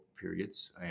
periods